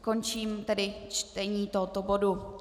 Končím tedy čtení tohoto bodu.